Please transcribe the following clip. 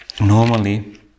normally